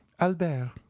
Albert